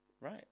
Right